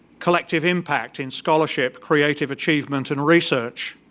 collective impact in scholarship, creative achievement, and research,